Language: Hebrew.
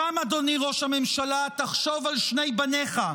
שם, אדוני ראש הממשלה, תחשוב על שני בניך.